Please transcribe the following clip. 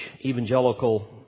evangelical